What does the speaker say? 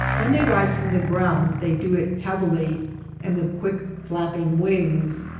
when they rise from the ground they do it heavily and with quick flapping wings.